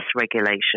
regulation